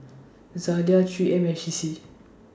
Zalia three M and C C